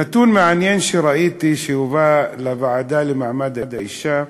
נתון מעניין שראיתי שהובא לוועדה לקידום מעמד האישה,